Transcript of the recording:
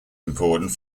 important